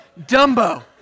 Dumbo